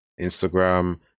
Instagram